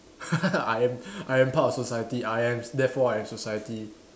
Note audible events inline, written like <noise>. <laughs> I am I am part of society I am therefore I am society